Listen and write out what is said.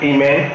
Amen